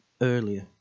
earlier